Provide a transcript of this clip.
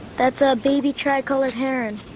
that's a baby tricolored heron.